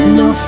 no